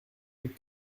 doute